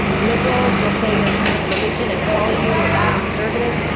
liberals will say you're using religion and call you a bad conservative.